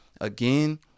again